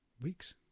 weeks